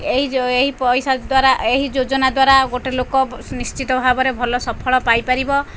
ଏଇ ଯୋଉ ଏଇ ପଇସା ଦ୍ୱାରା ଏହି ଯୋଜନା ଦ୍ୱାରା ଗୋଟେ ଲୋକ ନିଶ୍ଚିତ ଭାବରେ ଭଲ ସଫଳ ପାଇ ପାରିବ